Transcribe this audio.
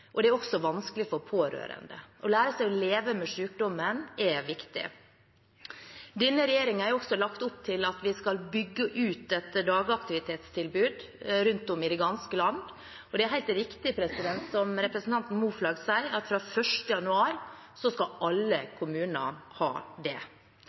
Det er også vanskelig for pårørende. Å lære seg å leve med sykdommen er viktig. Denne regjeringen har også lagt opp til at vi skal bygge ut et dagaktivitetstilbud rundt om i det ganske land, og det er helt riktig som representanten Moflag sier, at fra 1. januar skal alle kommuner ha det.